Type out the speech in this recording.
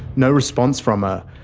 no response from ah